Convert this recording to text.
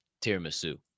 tiramisu